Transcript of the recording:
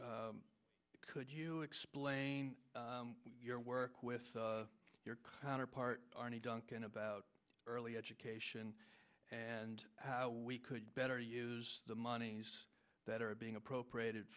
could you explain your work with your counterpart arnie duncan about early education and how we could better use the monies that are being appropriated